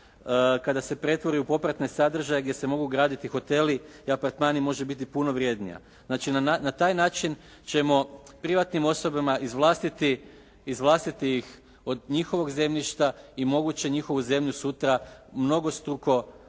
kada se pretvori u popratni sadržaj gdje se mogu graditi hoteli i apartmani može biti puno vrednija. Znači na taj način ćemo privatnim osobama izvlastiti ih od njihovog zemljišta i moguće njihovu zemlju mnogostruko